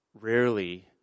rarely